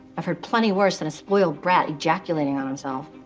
i've had plenty worse than a spoiled brat ejaculating on himself.